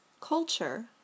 culture